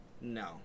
No